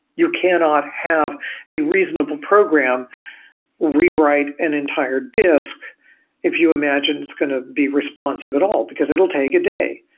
you cannot have a reasonable program rewrite an entire disk if you imagine it's going to be responsive at all, because it will take a day.